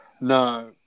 no